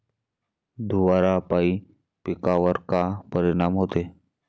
धुवारापाई पिकावर का परीनाम होते?